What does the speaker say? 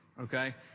Okay